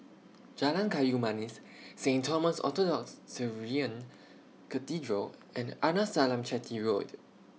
Jalan Kayu Manis Saint Thomas Orthodox Syrian Cathedral and Arnasalam Chetty Road